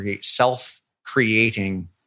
self-creating